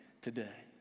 today